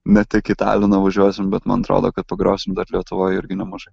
ne tik į taliną važiuosim bet man atrodo kad pagrosim dar lietuvoj irgi nemažai